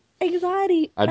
Anxiety